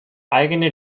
eigene